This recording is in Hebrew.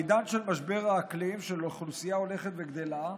בעידן של משבר האקלים, של אוכלוסייה הולכת וגדלה,